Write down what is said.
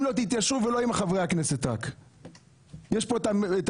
אם לא תתיישרו ולא איום חברי הכנסת יש פה את המ.מ.מ